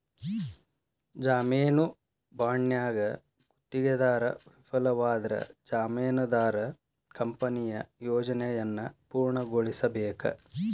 ಜಾಮೇನು ಬಾಂಡ್ನ್ಯಾಗ ಗುತ್ತಿಗೆದಾರ ವಿಫಲವಾದ್ರ ಜಾಮೇನದಾರ ಕಂಪನಿಯ ಯೋಜನೆಯನ್ನ ಪೂರ್ಣಗೊಳಿಸಬೇಕ